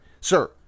sir